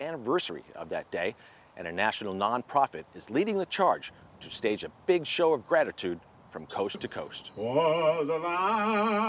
anniversary of that day and a national nonprofit is leading the charge to stage a big show of gratitude from coast to coast